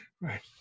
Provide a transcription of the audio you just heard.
Right